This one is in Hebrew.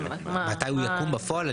מתי הוא יקום בפועל?